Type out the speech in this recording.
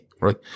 Right